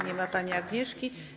Nie ma pani Agnieszki.